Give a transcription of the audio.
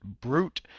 brute